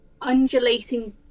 undulating